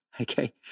okay